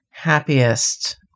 happiest